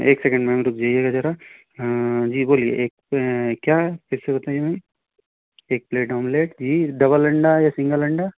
एक second ma'am रुक जाइएगा ज़रा जी बोलिए एक क्या फ़िर से बताइए मैम एक प्लेट ऑमलेट जी डबल अंडा या सिंगल अंडा